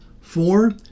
four